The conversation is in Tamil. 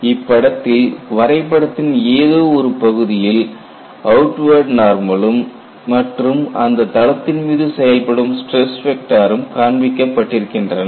இப்படத்தில் வரைபடத்தின் ஏதோ ஒரு பகுதியில் அவுட் வேர்ட் நார்மலும் மற்றும் அந்தத் தளத்தின் மீது செயல்படும் ஸ்டிரஸ் வெக்டாரும் காண்பிக்க பட்டிருக்கின்றன